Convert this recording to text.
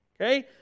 Okay